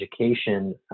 education